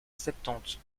septante